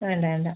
വേണ്ടവേണ്ട